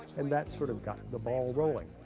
and that sort of got the ball rolling.